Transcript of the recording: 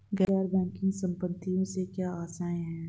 गैर बैंकिंग संपत्तियों से क्या आशय है?